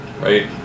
right